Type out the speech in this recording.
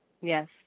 Yes